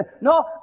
no